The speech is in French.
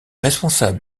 responsables